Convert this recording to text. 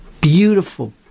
beautiful